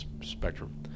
spectrum